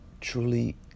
truly